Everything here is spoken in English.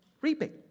reaping